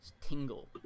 tingle